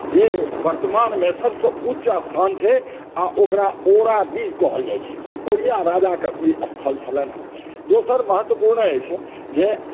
जे वर्तमानमे सभसँ उच्च स्थान छै आ ओकरा ओराडीह कहल जाइत छै ओरिया राजाके ई स्थल छलनि हेँ दोसर महत्वपूर्ण अछि जे